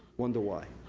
wonder why.